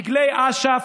דגלי אש"ף.